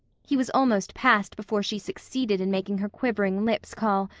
he was almost past before she succeeded in making her quivering lips call,